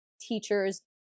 teachers